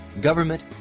government